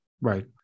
Right